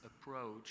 approach